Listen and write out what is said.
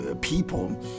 people